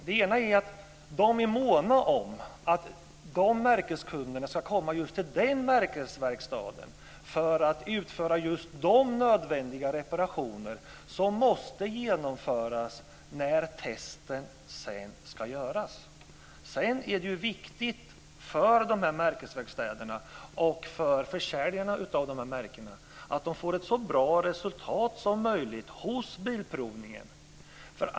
Den ena är att de är måna om att märkeskunderna ska komma just till den märkesverkstaden för att utföra just de nödvändiga reparationer som måste genomföras när testet sedan ska göras. Det andra är att det är viktigt för märkesverkstäderna och för försäljarna av märkena att de får ett så bra resultat som möjligt hos Bilprovningen.